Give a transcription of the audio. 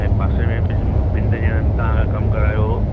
ऐं पासे में बिजीमम ॿिनि टिनि ॼणनि तव्हां खां कमु करायो हुओ